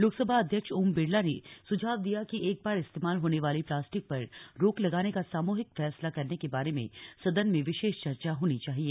लोकसभा अध्यक्ष ओम बिरला ने सुझाव दिया है कि एक बार इस्तेमाल होने वाली प्लास्टिक पर रोक लगाने का सामूहिक फैसला करने के बारे में सदन में विशेष चर्चा होनी चाहिए